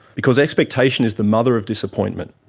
because expectation is the mother of disappointment.